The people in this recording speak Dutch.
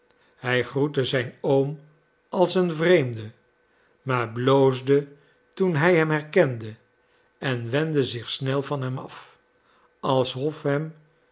hij groette zijn oom als een vreemde maar bloosde toen hij hem herkende en wendde zich snel van hem af alsof hem